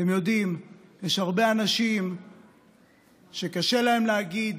אתם יודעים, יש הרבה אנשים שקשה להם להגיד